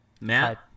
Matt